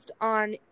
on